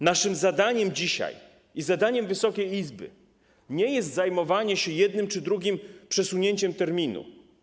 Naszym zadaniem dzisiaj i zadaniem Wysokiej Izby nie jest zajmowanie się jednym czy drugim przesunięciem terminu.